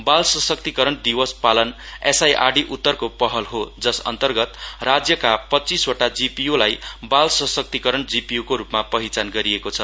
बाल सशक्तिकरण दिवस पालन एसआइआरडी उत्तरको पहल हो जस अन्तर्गत राज्यका पच्चीसवटा जिपिय्लाई बाल सशक्तिकरण जिपियू को रूपमा पहिचान गरिएको छ